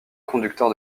conducteur